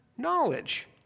knowledge